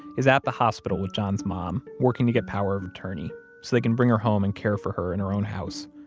is at the hospital with john's mom, working to get power of attorney so they can bring her home and care for her in her own house.